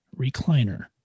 recliner